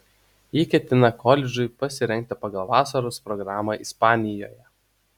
ji ketina koledžui pasirengti pagal vasaros programą ispanijoje